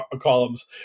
columns